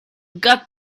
got